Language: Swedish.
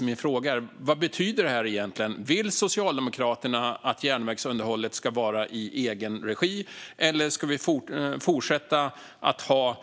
Min fråga är vad detta egentligen betyder: Vill Socialdemokraterna att järnvägsunderhållet ska vara i egen regi, eller ska vi fortsätta att ha